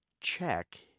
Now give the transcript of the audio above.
check